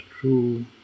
true